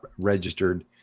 registered